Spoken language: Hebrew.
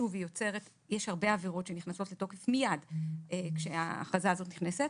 יש הרבה עבירות שנכנסות לתוקף מייד כשאכרזה הזאת נכנסת,